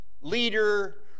leader